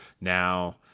Now